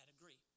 agree